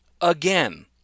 again